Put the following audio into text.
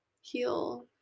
heal